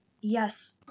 Yes